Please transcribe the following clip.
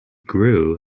grew